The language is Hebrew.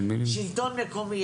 שלטון מקומי,